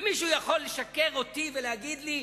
ומישהו יכול לשקר לי ולהגיד לי,